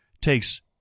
takes –